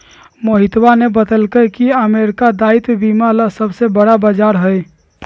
मोहितवा ने बतल कई की अमेरिका दायित्व बीमा ला सबसे बड़ा बाजार हई